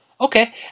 Okay